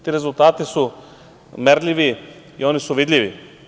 Ti rezultati su merljivi i oni su vidljivi.